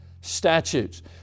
statutes